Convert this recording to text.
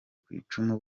kwicumu